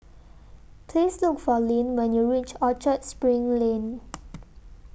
Please Look For Lyn when YOU REACH Orchard SPRING Lane